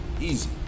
easy